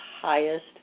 highest